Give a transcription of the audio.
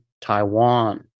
Taiwan